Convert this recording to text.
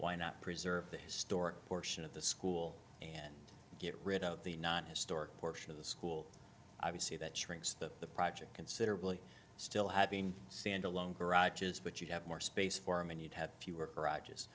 why not preserve the historic portion of the school and get rid of the not historic portion of the school obviously that shrinks the the project considerably still have been standalone garages but you have more space for him and you'd have fewer garages